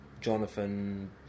Jonathan